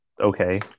Okay